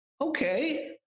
okay